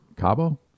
Cabo